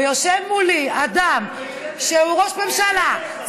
ויושב מולי אדם שהוא ראש ממשלה,